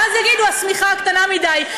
ואז יגידו: השמיכה קטנה מדי.